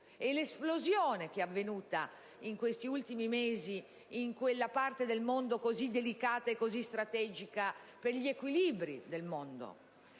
e l'esplosione avvenuta in questi ultimi mesi in quella parte del mondo così delicata e così strategica per gli equilibri del resto